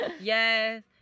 Yes